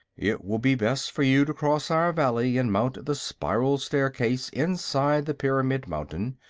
it will be best for you to cross our valley and mount the spiral staircase inside the pyramid mountain.